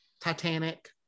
Titanic